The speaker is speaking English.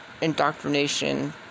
indoctrination